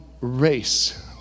race